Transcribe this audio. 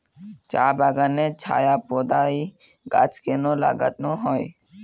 চা বাগানে ছায়া প্রদায়ী গাছ কেন লাগানো হয়?